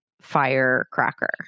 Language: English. firecracker